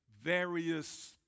various